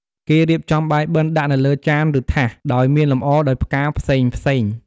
គេរៀបចំបាយបិណ្ឌ ដាក់នៅលើចាន ឬថាស ដោយមានលម្អដោយផ្កាផ្សេងៗ។